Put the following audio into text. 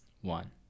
one